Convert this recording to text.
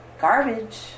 garbage